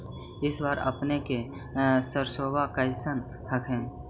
इस बार अपने के सरसोबा कैसन हकन?